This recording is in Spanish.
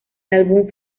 álbum